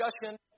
discussion